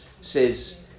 says